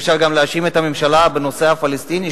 אפשר גם להאשים את הממשלה בנושא הפלסטיני,